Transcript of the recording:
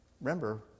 remember